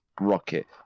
rocket